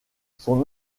son